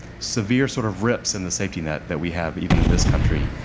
severe sort of rips in the safety net that we have, even in this country.